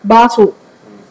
bar soap